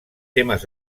temes